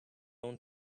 own